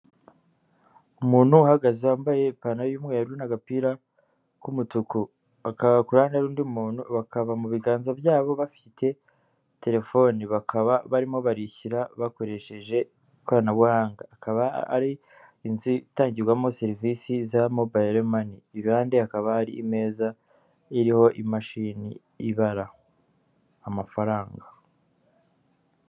Umuntu uhagaze wambaye ipantaro y'umweru n'agapira k'umutuku, bakaba ku ruhande hari indi umuntu, bakaba mu biganza byabo bafite telefoni, bakaba barimo barishyura bakoresheje ikoranabuhanga, akaba ari inzu itangirwamo serivisi za mobayile mani, iruhande hakaba hari imeza iriho imashini ibara amafaranga.